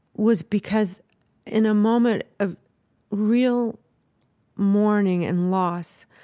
was because in a moment of real mourning and loss,